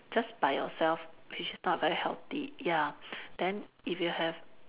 just by yourself which is not very healthy ya then if you have